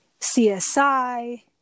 csi